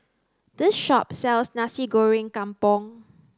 this shop sells Nasi Goreng Kampung